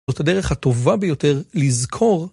זאת הדרך הטובה ביותר לזכור.